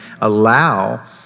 allow